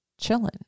chilling